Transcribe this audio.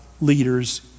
leaders